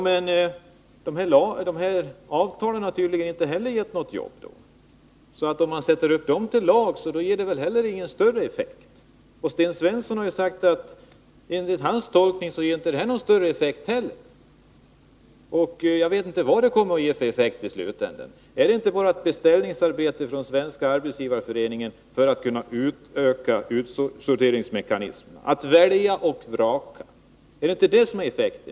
Men avtalen har tydligen inte heller gett några jobb. Om man gör dem till lag, får det ju ingen större effekt. Inte heller enligt Sten Svenssons tolkning får det här någon större effekt. Jag vet inte vilken effekt detta får i slutänden. Är det inte bara ett beställningsarbete från Svenska arbetsgivareföreningen för att man skall kunna utöka utsorteringsmekanismen, kunna välja och vraka? Det är väl det som blir effekten.